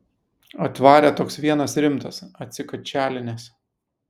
atvarė toks vienas rimtas atsikačialinęs